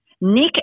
Nick